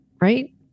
Right